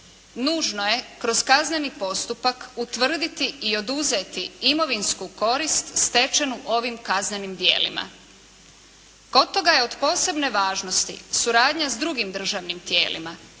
Nužno je kroz kaznenu postupak utvrditi i oduzeti imovinsku korist stečenu ovim kaznenim djelima. Kod toga je od posebne važnosti suradnja s drugim državnim tijelima,